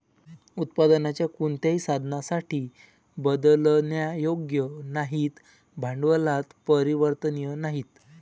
उत्पादनाच्या कोणत्याही साधनासाठी बदलण्यायोग्य नाहीत, भांडवलात परिवर्तनीय नाहीत